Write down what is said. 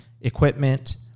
equipment